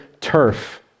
turf